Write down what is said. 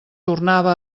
tornava